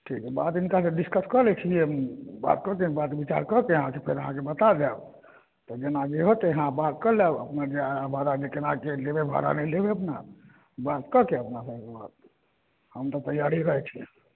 ठीक है बात हिनकासँ डिस्कस कऽ लै छियै हम बात कऽ लेब बात विचार कऽ के अहाँके फेर अहाँके बता देब तऽ जेना जे होतै अहाँ बात कऽ लेब अपनो जे भाड़ा केना की लेबै भाड़ा नहि लेबै अपना बातकऽ के अपनाके हम तऽ तैयारही रहै छी